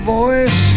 voice